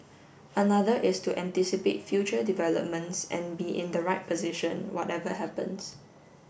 another is to anticipate future developments and be in the right position whatever happens